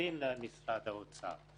המשפטים למשרד האוצר.